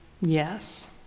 yes